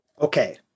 Okay